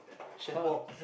chef wok